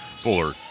Fuller